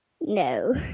No